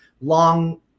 long